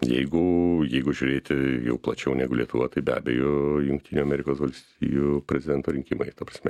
jeigu jeigu žiūrėti jau plačiau negu lietuva tai be abejo jungtinių amerikos valstijų prezidento rinkimai ta prasme